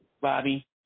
Bobby